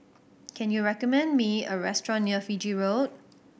can you recommend me a restaurant near Fiji Road